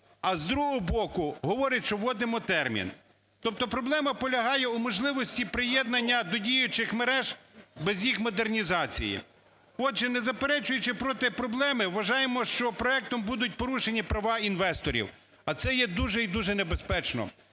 а, з другого боку, говорить, що вводимо термін. Тобто проблема полягає у можливості приєднання до діючих мереж без їх модернізації. Отже, не заперечуючи проти проблеми, вважаємо, що проектом будуть порушені права інвесторів, а це є дуже і дуже небезпечно.